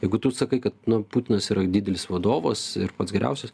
jeigu tu sakai kad nu putinas yra didelis vadovas ir pats geriausias